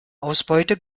ausbeute